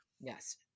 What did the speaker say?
Yes